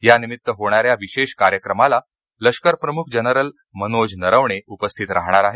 यानिमित्त होणाऱ्या विशेष कार्यक्रमाला लष्करप्रमुख जनरल मनोज नरवणे उपस्थित राहणार आहेत